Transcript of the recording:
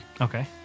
Okay